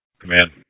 Command